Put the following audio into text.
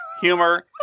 humor